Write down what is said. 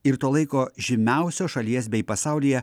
ir to laiko žymiausio šalies bei pasaulyje